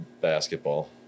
basketball